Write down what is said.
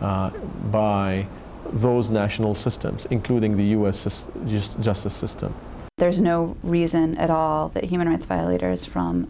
by those national systems including the us just justice system there is no reason at all that human rights violators from